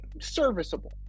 Serviceable